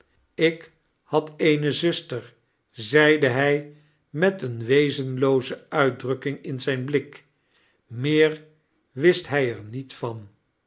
ik had eene zuster zeide hij met eene wezenlpoze uitdrukking in zijn blik meer wist hij er niet van